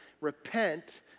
repent